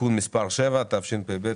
(תיקון מס' 7), התשפ"ב-2022.